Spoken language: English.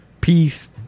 peace